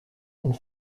and